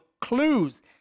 clues